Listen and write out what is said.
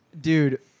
dude